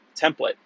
template